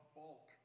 bulk